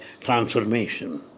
transformation